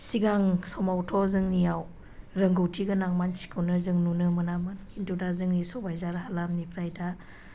सिगां समावथ' जोंनियाव रोंगौथिगोनां मानसिखौनो जों नुनो मोनामोन खिन्थु दा जोंनि सबाइझार हालामनिफ्राय दा